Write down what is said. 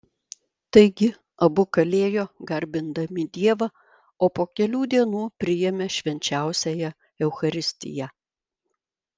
taigi abu kalėjo garbindami dievą o po kelių dienų priėmė švenčiausiąją eucharistiją